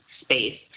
space